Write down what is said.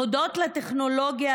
הודות לטכנולוגיה,